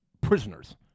prisoners